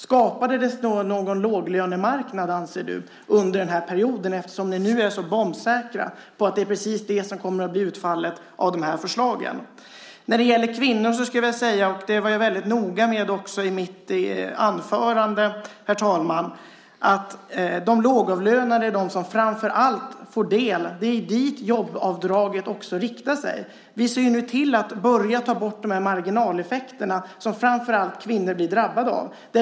Skapades det då någon låglönemarknad under den perioden, anser du, eftersom ni nu är så bombsäkra på att det är precis det som kommer att bli utfallet av förslagen? Herr talman! Jag var väldigt noga med i mitt anförande att de lågavlönade är de som framför allt får del av förändringen. Det är dit jobbavdraget också riktar sig. Vi ser nu till att börja ta bort marginaleffekterna som framför allt kvinnor blir drabbade av.